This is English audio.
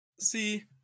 See